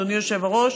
אדוני היושב-ראש,